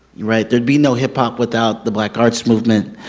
right, there'd be no hip hop without the black arts movement,